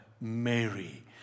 Mary